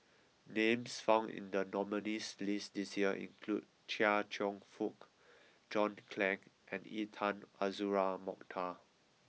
names found in the nominees' list this year include Chia Cheong Fook John Clang and Intan Azura Mokhtar